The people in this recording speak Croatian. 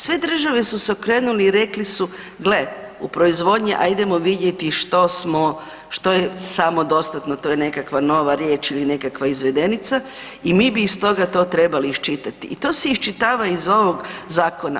Sve države su se okrenule i rekli su gle, u proizvodnji, a idemo vidjeti što smo, što je samodostatno, to je nekakva nova riječ ili nekakva izvedenica i mi bi iz toga to trebali iščitati i to se iščitava iz ovog zakona.